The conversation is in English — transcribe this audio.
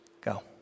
Go